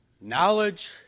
Knowledge